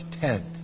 tent